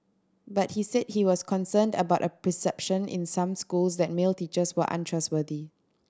but he said he was concerned about a perception in some schools that male teachers were untrustworthy